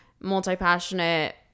multi-passionate